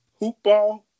hoopball